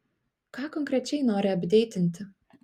ką konkrečiai nori apdeitinti